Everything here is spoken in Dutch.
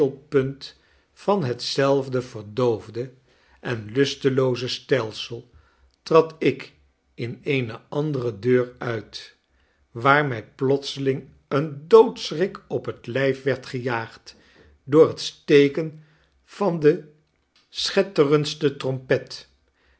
middelpunt van hetzelfde verdoofde en lustelooze stelsel trad ik eene andere deur uit waar mij plotseling een doodschrik op het lijf werd gejaagd door het steken van de schetterendste trompet